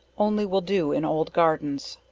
only will do in old gardens.